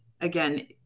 again